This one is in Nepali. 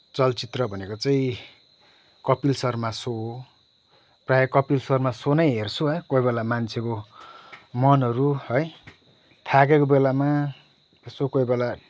चलचित्र भनेको चाहिँ कपिल शर्मा सो हो प्रायः कपिल शर्मा सो नै हेर्छु हो कोही बेला मान्छेको मनहरू है थाकेको बेलामा यसो कोही बेला